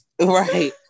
Right